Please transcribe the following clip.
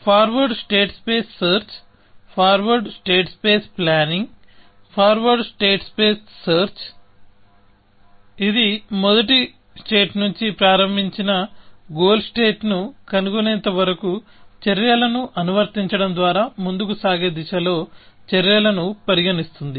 forward state space search forward state space planning forward state space search ఇది మొదటి state నుంచి ప్రారంభించిన goal state ని కనుగొనేంత వరకు చర్యలను అనువర్తించడం ద్వారా ముందుకు సాగే దిశలో చర్యలను పరిగణిస్తుంది